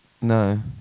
No